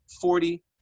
forty